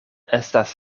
estas